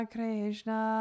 Krishna